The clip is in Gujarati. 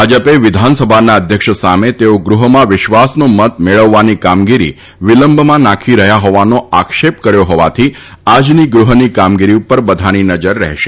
ભાજપે વિધાનસભાના અધ્યક્ષ સામે તેઓ ગૃહમાં વિશ્વાસનો મત મેળવવાની કામગીરી વિલંબમાં નાખી રહ્યાનો આક્ષેપ કર્યો હોવાથી આજની ગૃહની કામગીરી ઉપર બધાની નજર રહેશે